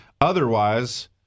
otherwise